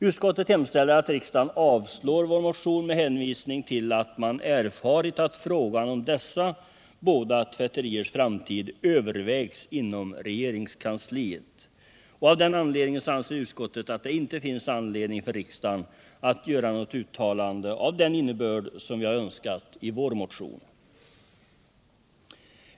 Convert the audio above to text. Utskottet hemställer att riksdagen avslår vår motion med hänvisning till att man erfarit att frågan om dessa båda tvätteriers framtid övervägs inom regeringskansliet, och av den anledningen anser utskottet att det inte finns anledning för riksdagen att göra något uttalande av den innebörd som vi har önskat i vår motion.